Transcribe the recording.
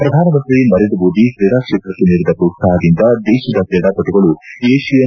ಪ್ರಧಾನಮಂತ್ರಿ ನರೇಂದ್ರ ಮೋದಿ ಕ್ರೀಡಾ ಕ್ಷೇತ್ರಕ್ಷೆ ನೀಡಿದ ಪ್ರೋತ್ಸಾಹದಿಂದ ದೇಶದ ಕ್ರೀಡಾಪಟುಗಳು ಏಷಿಯನ್